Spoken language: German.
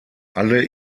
alle